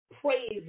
praise